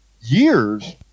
years